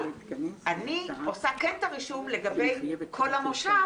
אבל אני כן עושה את הרישום לגבי כל המושב